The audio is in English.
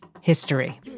history